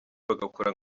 bagakora